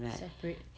separate